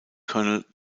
colonel